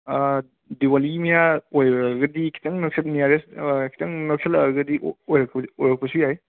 ꯗꯤꯋꯥꯂꯤ ꯃꯌꯥ ꯑꯣꯏꯔꯒꯗꯤ ꯈꯤꯇꯪ ꯅꯛꯁꯟ ꯅꯤꯌꯦꯔꯦꯁꯠ ꯈꯤꯇꯪ ꯅꯛꯁꯜꯂꯛꯑꯒꯗꯤ ꯑꯣꯏꯔꯛ ꯑꯣꯏꯔꯛꯄꯁꯨ ꯌꯥꯏ